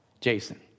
Jason